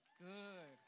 good